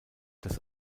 das